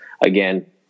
again